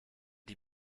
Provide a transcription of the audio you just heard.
die